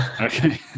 okay